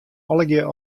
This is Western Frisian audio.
allegearre